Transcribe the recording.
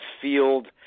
field